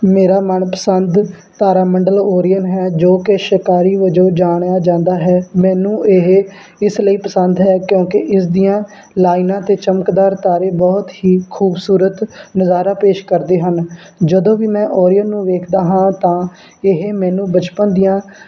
ਮੇਰਾ ਮਨਪਸੰਦ ਤਾਰਾ ਮੰਡਲ ਓਰੀਅਨ ਹੈ ਜੋ ਕਿ ਸ਼ਿਕਾਰੀ ਵਜੋਂ ਜਾਣਿਆ ਜਾਂਦਾ ਹੈ ਮੈਨੂੰ ਇਹ ਇਸ ਲਈ ਪਸੰਦ ਹੈ ਕਿਉਂਕਿ ਇਸ ਦੀਆਂ ਲਾਈਨਾਂ ਅਤੇ ਚਮਕਦਾਰ ਤਾਰੇ ਬਹੁਤ ਹੀ ਖੂਬਸੂਰਤ ਨਜ਼ਾਰਾ ਪੇਸ਼ ਕਰਦੇ ਹਨ ਜਦੋਂ ਵੀ ਮੈਂ ਓਰੀਅਨ ਨੂੰ ਵੇਖਦਾ ਹਾਂ ਤਾਂ ਇਹ ਮੈਨੂੰ ਬਚਪਨ ਦੀਆਂ